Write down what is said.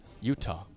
Utah